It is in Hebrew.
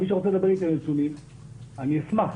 מי שרוצה לדבר איתי על נתונים אני אשמח.